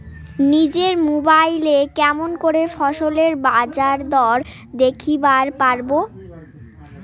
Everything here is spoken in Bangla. নিজের মোবাইলে কেমন করে ফসলের বাজারদর দেখিবার পারবো?